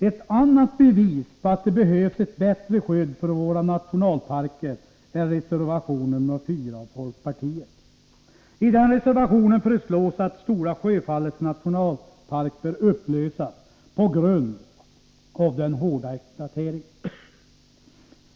Ett annat bevis på att det behövs ett bättre skydd för våra nationalparker är reservation 4 från folkpartiet. I den reservationen föreslås att Stora Sjöfallets nationalpark bör upplösas på grund av den hårda exploateringen.